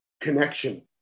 connection